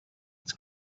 its